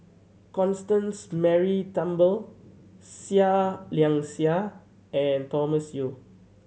Constance Mary Turnbull Seah Liang Seah and Thomas Yeo